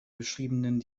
beschriebenen